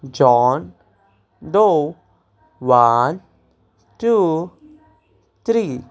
john dough one two three